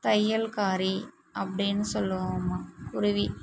தையல்காரி அப்படின்னு சொல்லுமாம் குருவி